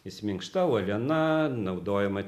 jis minkšta uoliena naudojama